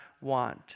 want